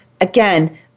again